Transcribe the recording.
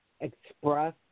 express